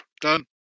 Done